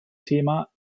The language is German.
thema